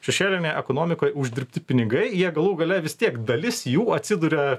šešėlinėj ekonomikoj uždirbti pinigai jie galų gale vis tiek dalis jų atsiduria